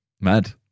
Mad